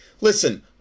listen